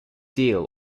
deal